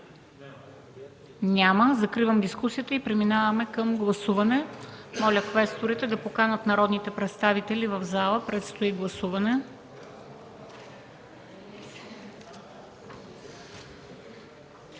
Няма. Закривам дискусията и преминаваме към гласуване. Моля квесторите да поканят народните представители в залата, предстои гласуване.